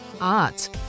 art